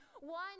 One